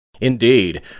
indeed